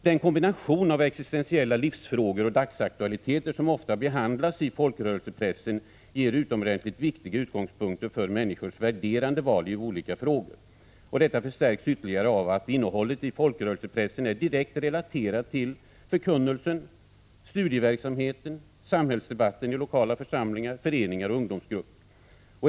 Den kombination av existentiella livsfrågor och dagsaktualiteter som ofta behandlas i folkrörelsepressen ger utomordentligt viktiga utgångspunkter för människors värderande val i olika frågor. Detta förstärks ytterligare av att innehållet i folkrörelsepressen är direkt relaterat till förkunnelsen, studieverksamheten och samhällsdebatten i lokala församlingar, föreningar och ungdomsgrupper.